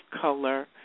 color